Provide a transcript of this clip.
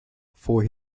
for